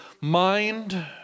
mind